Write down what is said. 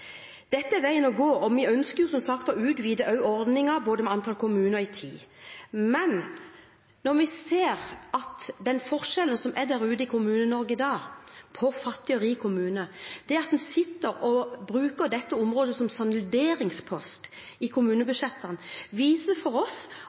Dette er veien å gå, og vi ønsker som sagt å utvide ordningen, både med antall kommuner og i tid. Vi ser at det er forskjeller mellom fattige og rike kommuner ute i Kommune-Norge i dag. Det at man bruker dette området som salderingspost i